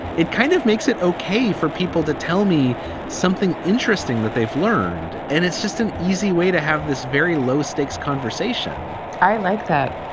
it kind of makes it okay for people to tell me something interesting that they've learned. and it's just an easy way to have this very low. stakes conversation i like that.